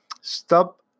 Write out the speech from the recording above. Stop